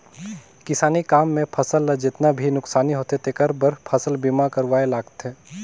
किसानी काम मे फसल ल जेतना भी नुकसानी होथे तेखर बर फसल बीमा करवाये रथें